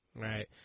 right